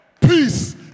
peace